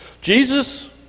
Jesus